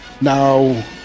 now